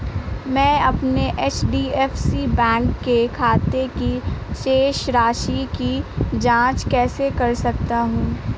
मैं अपने एच.डी.एफ.सी बैंक के खाते की शेष राशि की जाँच कैसे कर सकता हूँ?